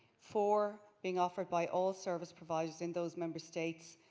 four being offered by all service providers in those member states.